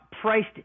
priced